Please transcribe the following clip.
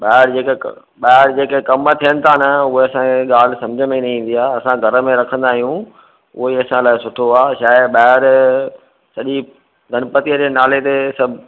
ॿाहिरि जेके ॿाहिरि जेके कमु थियनि था न उहे असांखे ॻाल्हि सम्झि में न ईंदी आ असां घर में रखन्दा आहियूं उहो ई असां लाइ सुठो आहे छा आहे ॿाहिरि सॼी गणपतीअ जे नाले ते सभु